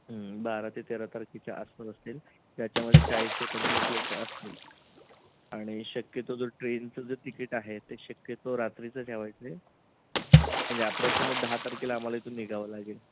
बारा ते तेरा तारखेच्या आसपास असतील ज्याच्यामध्ये चाळीस ते पंचेचाळीस लोकं असतील आणि शक्यतो जो ट्रेनचं जे तिकीट आहे ते शक्यतो रात्रीचं ठेवायचं आहे म्हणजे ॲप्रॉक्सिमेट दहा तारखेला आम्हाला इथून निघावं लागेल